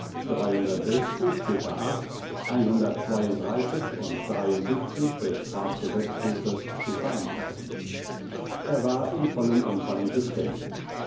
ziffer und des strafgesetzbuches zu verantworten er war in vollem umfange geständig